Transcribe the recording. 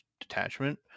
detachment